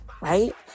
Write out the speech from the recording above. right